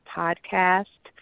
podcast